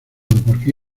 porque